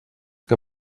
que